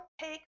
take